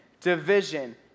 division